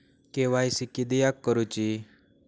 KYC किदयाक करूची?